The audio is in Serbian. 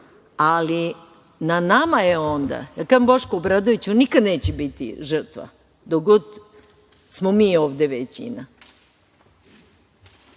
ali na nama je onda. Kažem Bošku Obradoviću, nikada neće biti žrtva dok god smo mi ovde većina,